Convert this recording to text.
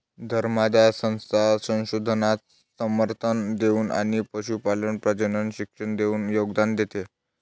धर्मादाय संस्था संशोधनास समर्थन देऊन आणि पशुपालन प्रजनन शिक्षण देऊन योगदान देते